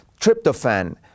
Tryptophan